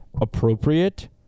appropriate